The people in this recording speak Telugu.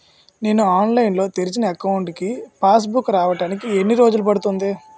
నేను ఆన్లైన్ లో తెరిచిన అకౌంట్ కి పాస్ బుక్ రావడానికి ఎన్ని రోజులు పడుతుంది?